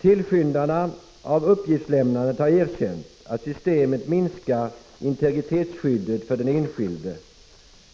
Tillskyndarna av uppgiftslämnandet har erkänt att systemet minskar integritetsskyddet för den enskilde,